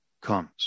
comes